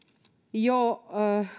jo